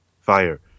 fire